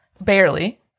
barely